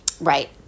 Right